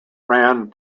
rand